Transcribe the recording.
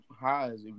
highs